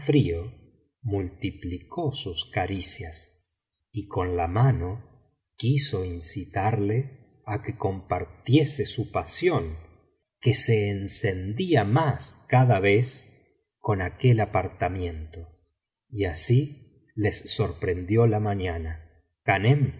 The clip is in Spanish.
multiplicó sus caricias y con la mano quiso incitarle á que compartiese su pasión que se encendía más cada vez con aquel apartamiento y así les sorprendió la mañana ghanem